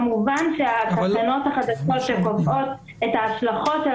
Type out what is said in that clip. כמובן שהתקנות החדשות שקובעות את ההשלכות של